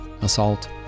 assault